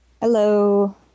Hello